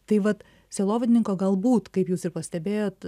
tai vat sielovadininko galbūt kaip jūs pastebėjot